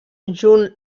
junt